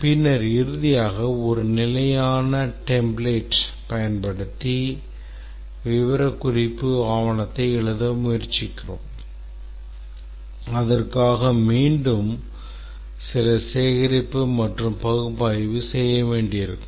பின்னர் இறுதியாக ஒரு நிலையான template பயன்படுத்தி விவரக்குறிப்பு ஆவணத்தை எழுத முயற்சிக்கிறோம் அதற்காக மீண்டும் சில சேகரிப்பு மற்றும் பகுப்பாய்வு செய்ய வேண்டியிருக்கும்